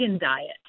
diet